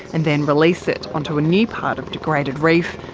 and then release it onto a new part of degraded reef,